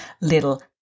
little